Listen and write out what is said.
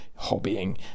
hobbying